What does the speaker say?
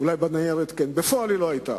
אולי כן, אבל בפועל היא לא היתה.